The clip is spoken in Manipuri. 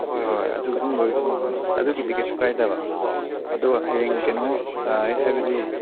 ꯍꯣꯏ ꯍꯣꯏ ꯑꯗꯨꯒꯨꯝꯕ ꯑꯗꯨꯒꯤꯗꯤ ꯀꯔꯤꯁꯨ ꯀꯥꯏꯗꯕ ꯑꯗꯣ ꯍꯌꯦꯡ ꯀꯩꯅꯣ ꯍꯥꯏꯕꯗꯤ